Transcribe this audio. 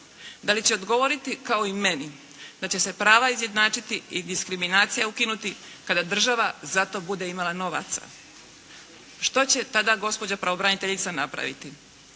Da li će odgovoriti kao i meni da će se prava izjednačiti i diskriminacija ukinuti kada država za to bude imala novaca. Što će tada gospođa pravobraniteljica napraviti.